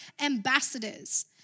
ambassadors